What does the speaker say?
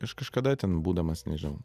aš kažkada ten būdamas nežinau